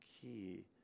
key